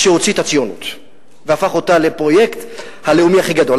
שהוציא את הציונות והפך אותה לפרויקט הלאומי הכי גדול.